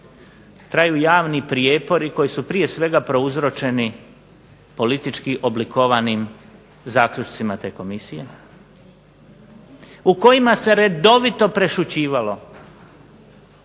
traju javni prijepori koji su prije svega prouzročeni politički oblikovanim zaključcima te komisije u kojima se redovito prešućivalo